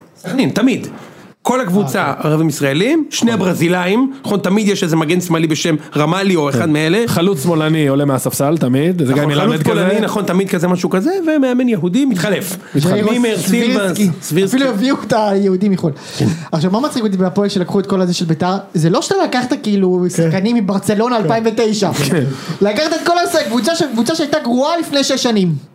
תמיד, כל הקבוצה ערבים ישראלים, שני הברזילאים, תמיד יש איזה מגן שמאלי בשם רמאלי או אחד מאלה, חלוץ שמאלני עולה מהספסל תמיד, חלוץ שמאלני נכון תמיד כזה משהו כזה, ומאמן יהודי מתחלף, סבירסקי, אפילו הביאו את היהודי מחו"ל. עכשיו מה מצחיק אותי בהפועל שלקחו את כל הזה של ביתר, זה לא שאתה לקחת כאילו שחקנים מברצלונה 2009, לקחת את כל הקבוצה שהייתה גרועה לפני 6 שנים.